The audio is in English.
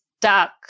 duck